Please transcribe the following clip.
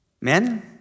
Men